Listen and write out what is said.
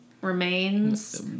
remains